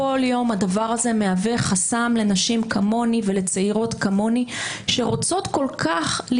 כל יום הדבר הזה מהווה חסם לנשים ולצעירות כמוני שכל כך רוצות